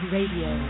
Radio